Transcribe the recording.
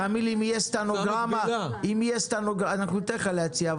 ניתן לך להציע,